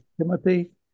Timothy